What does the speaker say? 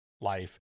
life